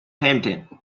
hampden